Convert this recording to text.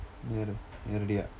நேர் நேரடி:neer neeradi ah